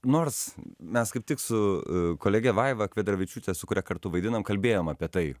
nors mes kaip tik su kolege vaiva kvedaravičiūte su kuria kartu vaidinam kalbėjom apie tai